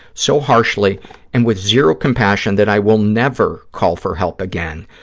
so harshly and with zero compassion that i will never call for help again.